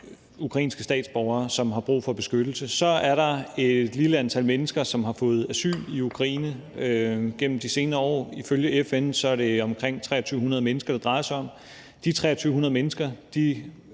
ukrainske statsborgere, som har brug for beskyttelse. Så er der et lille antal mennesker, som har fået asyl i Ukraine gennem de senere år; ifølge FN er det omkring 2.300 mennesker, det drejer sig om. De 2.300 mennesker